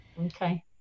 Okay